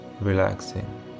relaxing